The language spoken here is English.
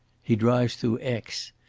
he drives through aix.